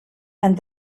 and